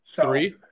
Three